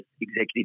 executive